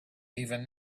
even